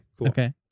Okay